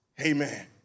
Amen